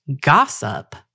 gossip